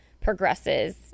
progresses